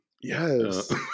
yes